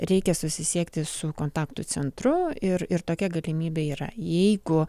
reikia susisiekti su kontaktų centru ir ir tokia galimybė yra jeigu